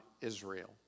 Israel